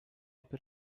per